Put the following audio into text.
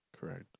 correct